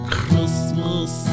Christmas